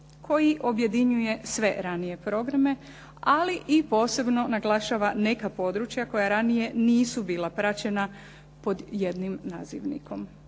koji objedinjuje sve ranije programe ali i posebno naglašava neka područja koja ranije nisu bila praćena pod jednim nazivnikom.